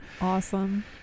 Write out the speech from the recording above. Awesome